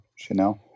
Chanel